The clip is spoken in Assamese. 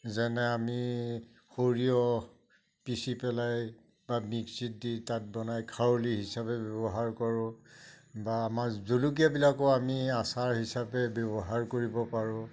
যেনে আমি সৰিয়হ পিচি পেলাই বা মিক্সিত দি তাত বনাই খাৰলি হিচাপে ব্যৱহাৰ কৰোঁ বা আমাৰ জলকীয়াবিলাকো আমি আচাৰ হিচাপে ব্যৱহাৰ কৰিব পাৰোঁ